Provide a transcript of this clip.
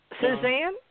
Suzanne